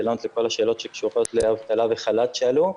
לענות לכל השאלות שקשורות לאבטלה וחל"ת שעלו.